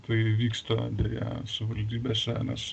tai vyksta deja savivaldybėse nes